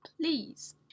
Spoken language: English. Please